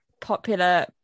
popular